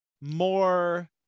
more